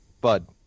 bud